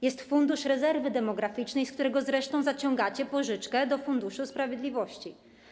Jest Fundusz Rezerwy Demograficznej, z którego zresztą zaciągacie pożyczkę do Funduszu Sprawiedliwości.